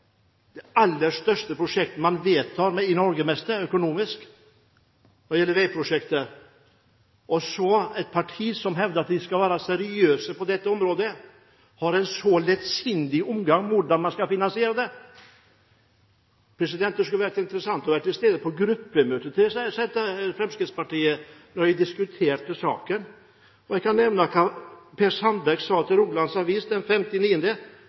det aller største prosjektet, økonomisk, man vedtar i Norge, og et parti som hevder at de skal være seriøse på dette området, men som har en lettsindig omgang med hvordan man skal finansiere det. Det skulle vært interessant å være til stede på gruppemøtet til Fremskrittspartiet da de diskuterte saken. Jeg kan nevne hva Per Sandberg sa